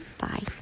Bye